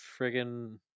friggin